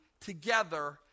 together